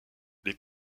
les